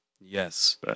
Yes